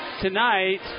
tonight